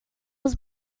was